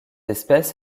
espèce